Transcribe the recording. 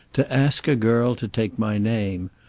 to ask a girl to take my name.